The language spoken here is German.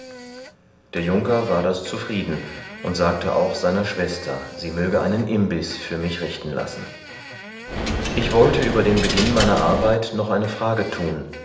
der junker war das zufrieden und sagte auch seiner schwester sie möge einen imbiß für mich richten lassen ich wollte über den beginn meiner arbeit noch eine frage thun